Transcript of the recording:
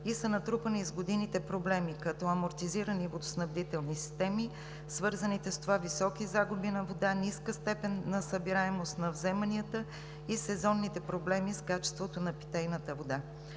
и са натрупани с годините проблеми, като амортизирани водоснабдителни системи, свързаните с това високи загуби на вода, ниска степен на събираемост на вземанията и сезонните проблеми с качеството на питейната вода.